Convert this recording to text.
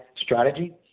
strategy